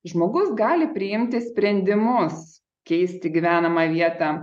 žmogus gali priimti sprendimus keisti gyvenamą vietą